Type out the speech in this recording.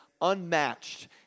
unmatched